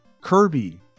Kirby